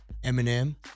Eminem